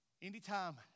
Anytime